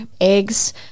eggs